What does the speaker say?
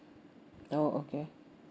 oh okay